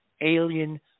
alien